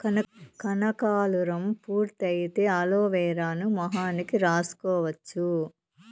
కనకాలురం పూర్తి అయితే అలోవెరాను మొహానికి రాసుకోవచ్చు